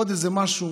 עוד איזה משהו